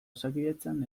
osakidetzan